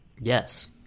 Yes